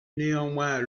néanmoins